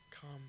come